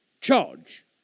charge